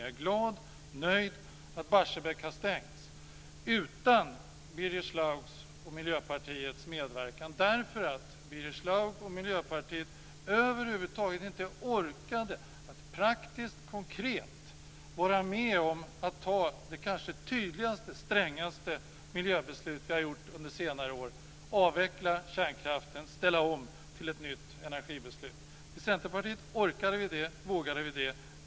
Jag är glad och nöjd att Barsebäck har stängts, utan Birger Schlaugs och Miljöpartiets medverkan, därför att Birger Schlaug och Miljöpartiet över huvud taget inte orkade att praktiskt och konkret vara med om att fatta det kanske tydligaste och strängaste miljöbeslut som har fattats under senare år, nämligen att avveckla kärnkraften och ställa om till ny energi. Vi i Centerpartiet orkade och vågade det.